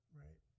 right